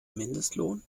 mindestlohn